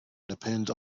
depends